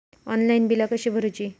Online बिला कशी भरूची?